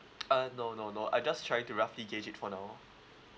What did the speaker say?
uh no no no I just try to roughly gauge it for now